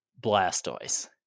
blastoise